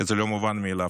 זה לא מובן מאליו,